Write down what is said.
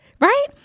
Right